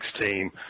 team